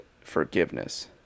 forgiveness